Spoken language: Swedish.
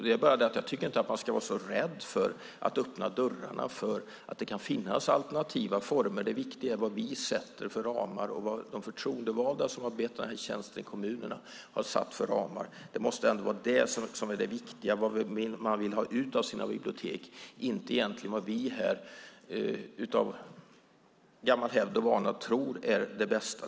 Det är bara det att jag inte tycker att man ska vara så rädd för att öppna dörrarna för att det kan finnas alternativa former. Det viktiga är vad vi sätter för ramar och vad de förtroendevalda som har bett om dessa tjänster i kommunerna har satt för ramar. Det måste ändå vara det som är det viktiga, vad man vill ha ut av sina bibliotek - inte egentligen vad vi här av gammal hävd och vana tror är det bästa.